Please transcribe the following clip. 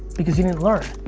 because you didn't learn.